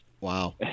wow